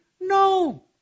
No